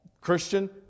Christian